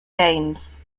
games